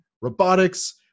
robotics